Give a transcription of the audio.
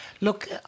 Look